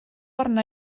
arna